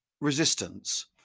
resistance